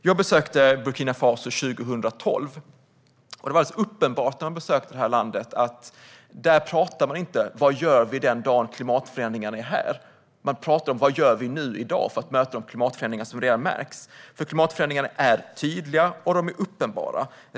Jag besökte Burkina Faso 2012, och vid det besöket var det alldeles uppenbart att man inte pratar om vad man gör den dagen klimatförändringarna är här, utan man pratar om vad man gör nu i dag för att möta de klimatförändringar som redan märks. Klimatförändringarna är nämligen tydliga och uppenbara.